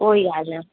कोई ॻाल्हि न